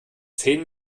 zehn